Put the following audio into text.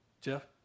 Jeff